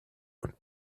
und